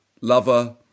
lover